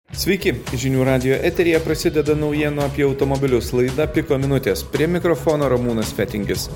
sveiki žinių radijo eteryje prasideda naujienų apie automobilius laida piko minutės prie mikrofono ramūnas fetingis